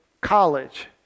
college